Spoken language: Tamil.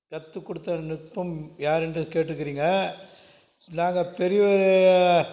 கற்றுக் கொடுத்த நுட்பம் யாரென்று கேட்டுருக்குறீங்க நாங்கள் பெரியவர்